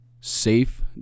safe